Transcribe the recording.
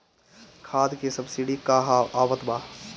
खाद के सबसिडी क हा आवत बा?